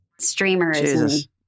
streamers